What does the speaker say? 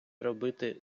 робити